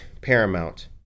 paramount